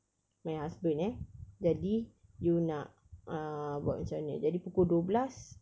my husband eh jadi you nak err buat macam mana jadi pukul dua belas